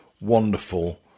wonderful